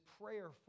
prayer